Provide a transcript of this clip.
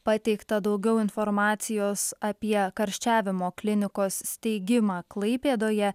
pateikta daugiau informacijos apie karščiavimo klinikos steigimą klaipėdoje